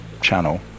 channel